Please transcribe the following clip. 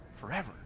forever